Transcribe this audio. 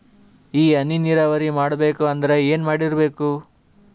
ಈ ಹನಿ ನೀರಾವರಿ ಮಾಡಬೇಕು ಅಂದ್ರ ಏನ್ ಮಾಡಿರಬೇಕು?